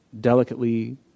delicately